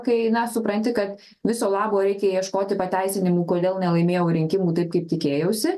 kai na supranti kad viso labo reikia ieškoti pateisinimų kodėl nelaimėjau rinkimų taip kaip tikėjausi